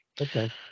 Okay